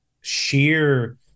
sheer